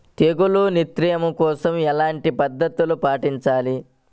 తెగులు నియంత్రణ కోసం ఎలాంటి పద్ధతులు పాటించాలి?